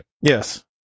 yes